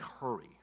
hurry